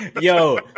Yo